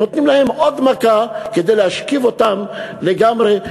נותנים להם עוד מכה כדי להשכיב אותם לגמרי,